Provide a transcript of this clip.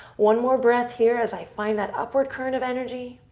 one more breath here as i find that upward current of energy.